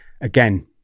again